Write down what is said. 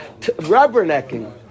Rubbernecking